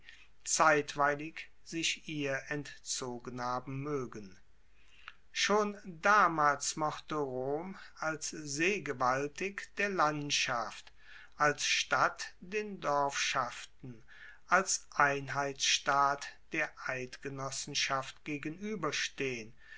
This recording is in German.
zeitweilig sich ihr entzogen haben moegen schon damals mochte rom als seegewaltig der landschaft als stadt den dorfschaften als einheitsstaat der eidgenossenschaft gegenueberstehen